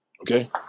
Okay